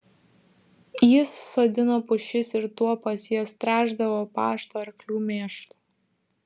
jis sodino pušis ir tuopas jas tręšdavo pašto arklių mėšlu